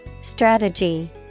Strategy